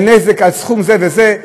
על נזק בסכום זה וזה,